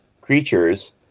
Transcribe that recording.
creatures